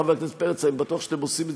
חבר הכנסת פרץ: אני בטוח שאתם עושים את